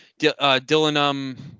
Dylan